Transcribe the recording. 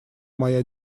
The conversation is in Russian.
моя